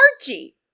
Archie